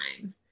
time